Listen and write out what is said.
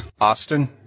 Austin